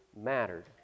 mattered